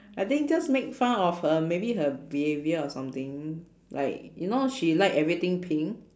I think just make fun of her maybe her behaviour or something like you know she like everything pink